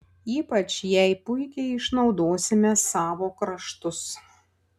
ypač jai puikiai išnaudosime savo kraštus